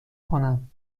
کنم